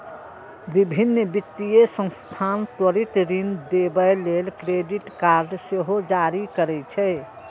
विभिन्न वित्तीय संस्थान त्वरित ऋण देबय लेल क्रेडिट कार्ड सेहो जारी करै छै